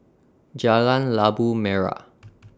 Jalan Labu Merah